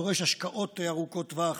שדורש השקעות ארוכות טווח,